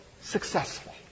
successful